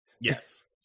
yes